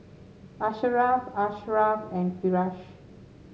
Asharaff Asharaff and Firash